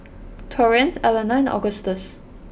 Torrence Alana and Agustus